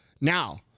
Now